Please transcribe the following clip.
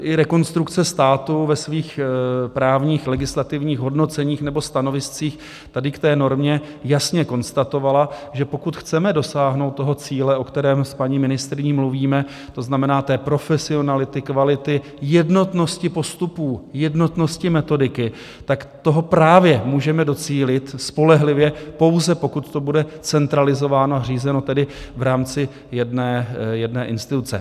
I rekonstrukce státu ve svých právních legislativních hodnoceních nebo stanoviscích tady k té normě jasně konstatovala, že pokud chceme dosáhnout toho cíle, o kterém s paní ministryní mluvíme, to znamená profesionality, kvality, jednotnosti postupů, jednotnosti metodiky, tak toho právě můžeme spolehlivě docílit pouze, pokud to bude centralizováno, a řízeno tedy v rámci jedné instituce.